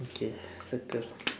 okay circle